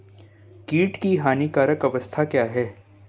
कीट की हानिकारक अवस्था क्या है?